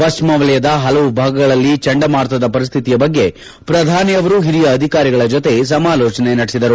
ಪಶ್ಚಿಮ ವಲಯದ ಹಲವು ಭಾಗಗಳಲ್ಲಿ ಚಂಡಮಾರುತದ ಪರಿಸ್ಥಿತಿಯ ಬಗ್ಗೆ ಪ್ರಧಾನಿ ಅವರು ಹಿರಿಯ ಅಧಿಕಾರಿಗಳ ಜೊತೆ ಸಮಾಲೋಚನೆ ನಡೆಸಿದರು